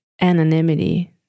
anonymity